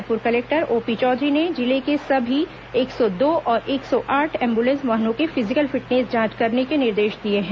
Raipur collector O P Chaudhary ने जिले के सभी एक सौ दो और एक सौ आठ एंबुलेंस वाहनों के फिजिकल फिटनेस जांच करने के निर्देश दिए हैं